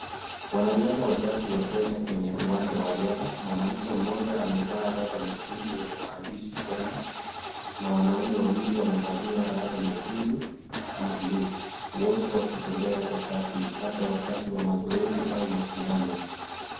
Wanariadha watatu wa Kenya kwenye uwanja wa riadha mwanamke mmoja amevaa raba nyekundu yenye maandishi Kenya, na wanaume wawili wamevalia raba nyekundu na bluu. Wote wakitembea kwa kasi labda wakati wa mazoezi au mashindano.